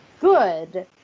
good